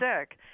sick